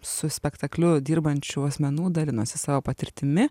su spektakliu dirbančių asmenų dalinosi savo patirtimi